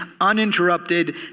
uninterrupted